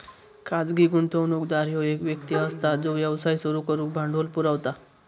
खाजगी गुंतवणूकदार ह्यो एक व्यक्ती असता जो व्यवसाय सुरू करुक भांडवल पुरवता